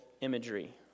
imagery